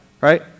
right